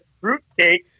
fruitcake